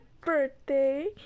birthday